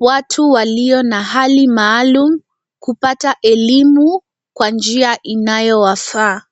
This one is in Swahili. watu walio na hali maalum kupata elimu kwa njia inayowafaa.